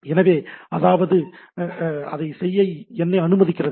எனவே அதாவது அதை செய்ய என்னை அனுமதிக்கிறது